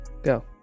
Go